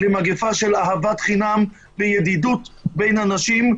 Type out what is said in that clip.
למגפה של אהבת חינם וידידות בין אנשים,